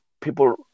people